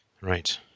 Right